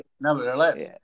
Nevertheless